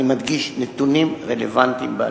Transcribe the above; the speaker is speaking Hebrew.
אני מדגיש, נתונים רלוונטיים בעל-פה.